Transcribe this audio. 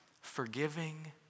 forgiving